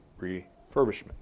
refurbishment